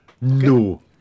No